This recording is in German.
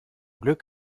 glück